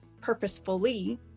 purposefully